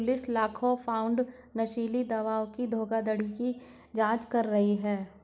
police लाखों pound नशीली दवाओं की धोखाधड़ी की जांच कर रही है